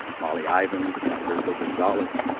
molly ivans, alberto gonzales,